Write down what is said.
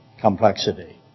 complexity